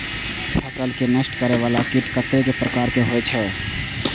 फसल के नष्ट करें वाला कीट कतेक प्रकार के होई छै?